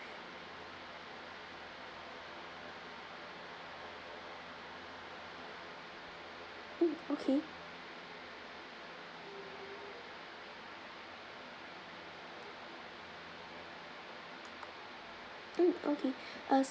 mm okay mm okay err